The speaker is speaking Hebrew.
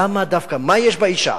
למה דווקא, מה יש באשה